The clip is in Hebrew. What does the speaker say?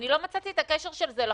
אני לא מצאתי את הקשר של זה לחוק.